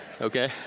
Okay